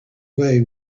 way